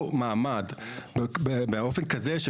אז